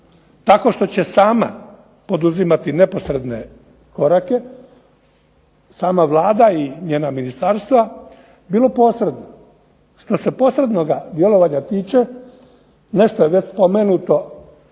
tako što će sama poduzimati neposredne korake, sama Vlada i njena ministarstva, bilo posredno. Što se posrednoga djelovanja tiče, nešto je već spomenuto